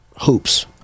hoops